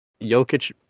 Jokic